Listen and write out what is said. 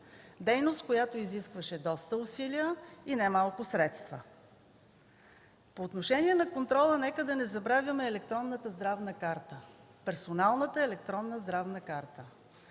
дейност, която изискваше доста усилия и не малко средства. По отношение на контрола, нека да не забравяме електронната здравна карта – персоналната електронна здравна карта.